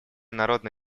народно